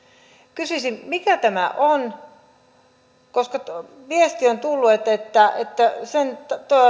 kysyisin mikä tämä on nimittäin on tullut viesti että sen